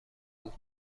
بود